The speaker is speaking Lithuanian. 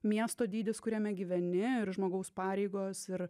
miesto dydis kuriame gyveni ir žmogaus pareigos ir